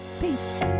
Peace